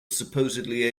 supposedly